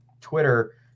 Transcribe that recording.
Twitter